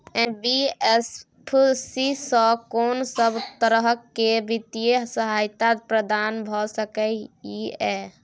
NBFC स कोन सब तरह के वित्तीय सहायता प्रदान भ सके इ? इ